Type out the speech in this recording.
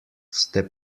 ste